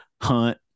hunt